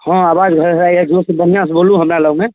हँ आवाज घरघराइए जोरसँ बढ़िआँसँ बोलू हमरालगमे